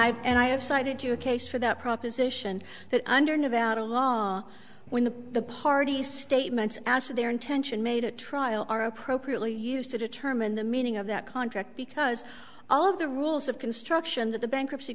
i and i have cited your case for the proposition that under nevada law when the party statements as to their intention made at trial are appropriately used to determine the meaning of that contract because all of the rules of construction that the bankruptcy